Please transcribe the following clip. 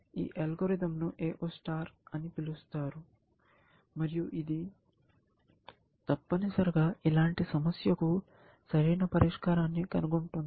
ఈ అల్గోరిథం ను AO star అని పిలుస్తారు మరియు ఇది తప్పనిసరిగా ఇలాంటి సమస్యకు సరైన పరిష్కారాన్ని కనుగొంటుంది